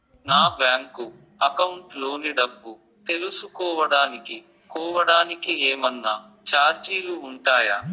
నా bank account లోని డబ్బు తెలుసుకోవడానికి కోవడానికి ఏమన్నా చార్జీలు ఉంటాయా?